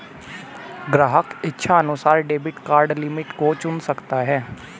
ग्राहक इच्छानुसार debit card limit को चुन सकता है